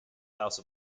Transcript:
house